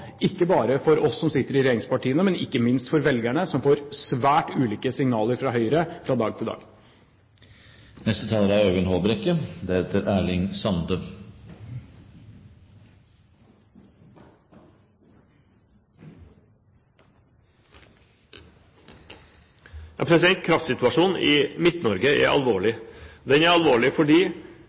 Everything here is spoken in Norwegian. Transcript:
ikke bare for oss i regjeringspartiene, men ikke minst for velgerne, som får svært ulike signaler fra Høyre fra dag til dag. Kraftsituasjonen i Midt-Norge er alvorlig. Den er alvorlig fordi